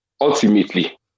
ultimately